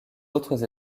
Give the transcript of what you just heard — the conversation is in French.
autres